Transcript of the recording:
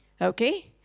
okay